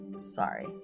Sorry